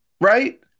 right